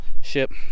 ship